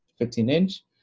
15-inch